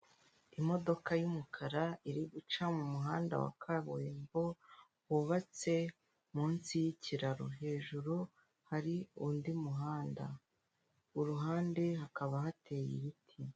Imodoka y'umukara iri guca mu muhanda wa kaburimbo wubatse munsi y'ikiraro, hejuru hari undi muhanda. Ku ruhande hakaba hateye ibiti.